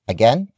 Again